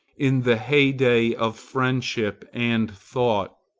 in the heyday of friendship and thought.